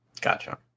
Gotcha